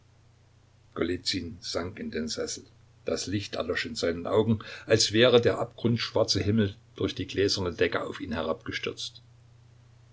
sank in den sessel das licht erlosch in seinen augen als wäre der abgrundschwarze himmel durch die gläserne decke auf ihn